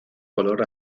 color